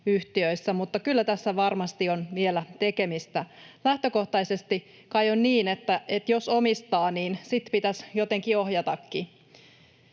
mutta kyllä tässä varmasti on vielä tekemistä. Lähtökohtaisesti kai on niin, että jos omistaa, niin sitten pitäisi jotenkin ohjatakin,